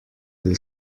will